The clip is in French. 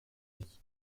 vie